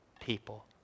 people